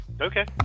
Okay